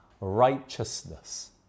righteousness